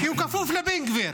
כי הוא כפוף לבן גביר.